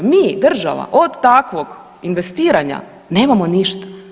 Mi, država, od takvog investiranja nemamo ništa.